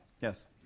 yes